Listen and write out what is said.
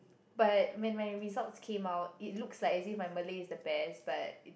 but when when my results came out it looks like as if my Malay is the best but